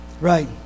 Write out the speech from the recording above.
Right